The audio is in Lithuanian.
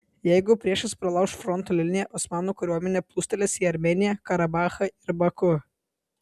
jeigu priešas pralauš fronto liniją osmanų kariuomenė plūstelės į armėniją karabachą ir baku